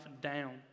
down